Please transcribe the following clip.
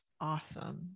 Awesome